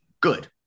good